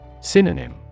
Synonym